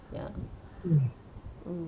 ya mm